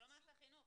מערכת החינוך.